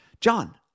John